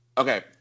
Okay